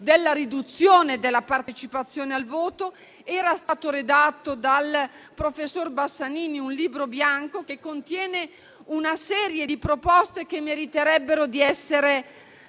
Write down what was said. della riduzione della partecipazione al voto; era stato redatto dal professor Bassanini un libro bianco che contiene una serie di proposte che meriterebbero di essere